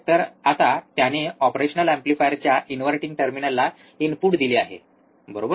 तर आता त्याने ऑपरेशनल एम्प्लीफायरच्या इनव्हर्टिंग टर्मिनलला इनपुट दिले आहे बरोबर